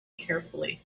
carefully